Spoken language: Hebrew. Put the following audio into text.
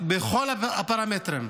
בכל הפרמטרים.